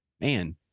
Man